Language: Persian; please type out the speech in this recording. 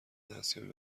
دستیابی